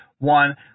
One